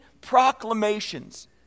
proclamations